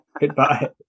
Goodbye